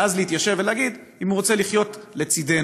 ואז להתיישב ולהגיד אם הוא רוצה לחיות לצידנו.